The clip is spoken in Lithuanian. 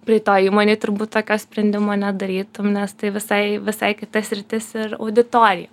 praeitoj įmonėj turbūt tokio sprendimo nedarytum nes tai visai visai kita sritis ir auditorija